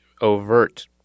overt